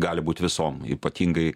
gali būt visom ypatingai